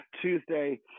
Tuesday